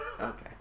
Okay